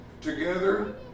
together